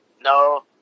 No